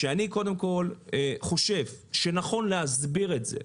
אני קודם כול חושב שנכון להסביר את זה,